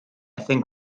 think